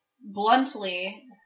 bluntly